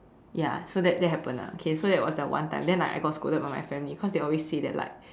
ya so that that happened ah okay so that was that one time then I I got scolded by my family cause they always say that like